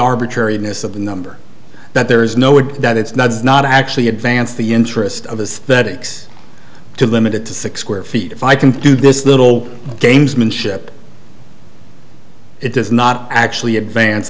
arbitrariness of the number that there is no would that it's not it's not actually advance the interest of the that x to limit it to six square feet if i can do this little gamesmanship it does not actually advance